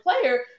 player